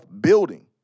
building